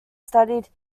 studied